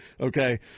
okay